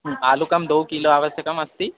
आलुकं दो किलो आवश्यकमस्ति